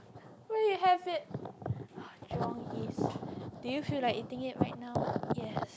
where you have it do you feel like eating it right now